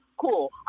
Cool